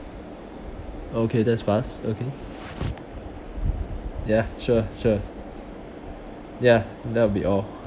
okay that's fast okay ya sure sure ya that will be all